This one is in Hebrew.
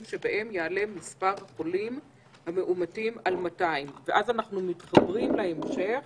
שבהם יעלה מספר החולים המאומתים על 200. ואז אנחנו מתחברים להמשך: